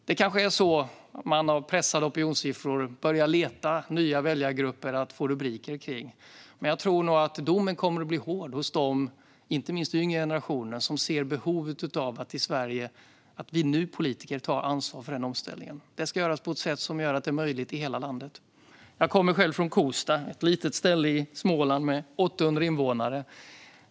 Det kanske är så om man har pressade opinionssiffror och börjar leta nya väljargrupper att få rubriker kring, men jag tror att domen kommer att bli hård inte minst från de yngre generationernas sida. De ser behovet av att vi politiker i Sverige nu tar ansvar för omställningen. Det ska göras på ett sätt som gör det möjligt i hela landet. Jag kommer själv från Kosta, ett litet ställe i Småland med 800 invånare.